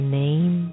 name